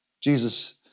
Jesus